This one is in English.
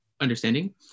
understanding